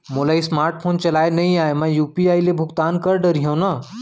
मोला smart phone चलाए नई आए मैं यू.पी.आई ले भुगतान कर डरिहंव न?